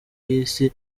y’isi